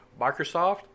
Microsoft